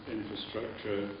infrastructure